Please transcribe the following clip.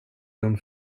dum